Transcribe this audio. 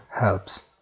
helps